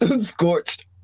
scorched